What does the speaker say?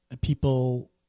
people